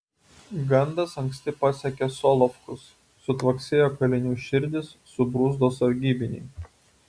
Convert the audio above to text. gandas anksti pasiekė solovkus sutvaksėjo kalinių širdys subruzdo sargybiniai